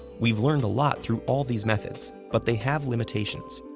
we've learned a lot through all these methods, but they have limitations.